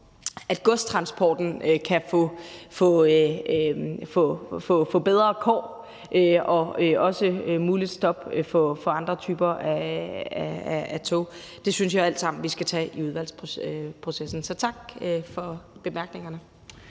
at godstransporten kan få bedre vilkår, og også om der er mulighed for stop for andre typer tog. Det synes jeg alt sammen vi skal tage i udvalgsprocessen. Så tak for bemærkningerne.